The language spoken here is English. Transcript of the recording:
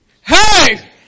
Hey